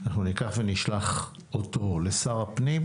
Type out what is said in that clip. אנחנו ניקח ונשלח אותו לשר הפנים,